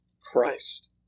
Christ